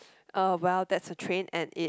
ah well that's a train and it